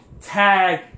Tag